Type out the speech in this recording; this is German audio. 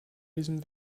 diesem